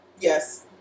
Yes